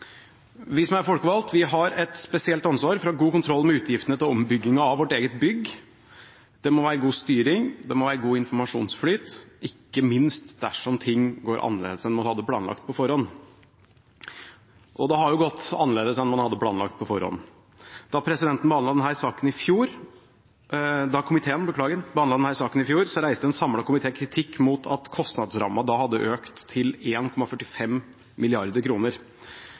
Vi folkevalgte har et spesielt ansvar for å ha god kontroll med utgiftene til ombygging av vårt eget bygg. Det må være god styring og god informasjonsflyt, ikke minst dersom ting går annerledes enn man hadde planlagt på forhånd. Og det har gått annerledes enn man hadde planlagt på forhånd. Da komiteen behandlet denne saken i fjor, reiste en samlet komité kritikk mot at kostnadsrammen da hadde økt til